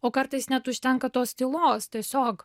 o kartais net užtenka tos tylos tiesiog